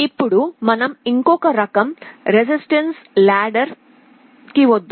ఇప్పుడు మనం ఇంకొక రకం రెసిస్టివ్ నిచ్చెనకు వద్దాం